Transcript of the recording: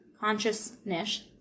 consciousness